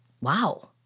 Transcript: wow